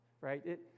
right